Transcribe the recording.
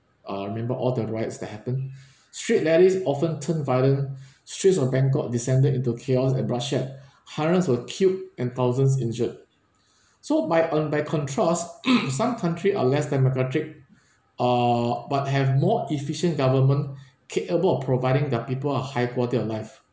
uh remember all the riots that happen street rallies often turned violent streets of bangkok descended into chaos and bloodshed hundreds were killed and thousands injured so by on by contrast some country are less democratic ah but have more efficient government capable of providing their people a high quality of life